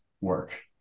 work